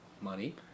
Money